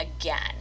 again